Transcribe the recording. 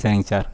சரிங்க சார்